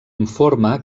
informa